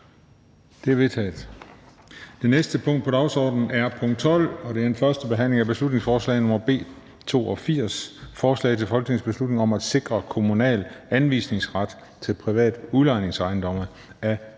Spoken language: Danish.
Det er vedtaget. --- Det næste punkt på dagsordenen er: 12) 1. behandling af beslutningsforslag nr. B 82: Forslag til folketingsbeslutning om at sikre kommunal anvisningsret til private udlejningsejendomme. Af Søren